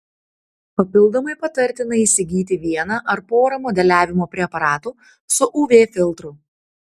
papildomai patartina įsigyti vieną ar porą modeliavimo preparatų su uv filtru